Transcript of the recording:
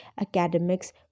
academics